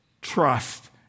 trust